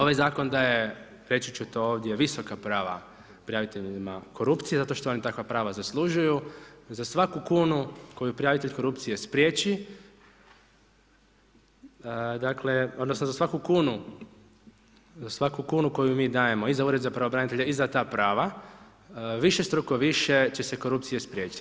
Ovaj zakon reći ću to ovdje, visoka prava prijaviteljima korupcije zato što oni takva prava zaslužuju, za svaku kunu koju prijavitelj korupcije spriječi, dakle odnosno za svaku kunu koju mi dajemo i za Ured za pravobranitelja i za ta prava, višestruko više će se korupcije spriječiti.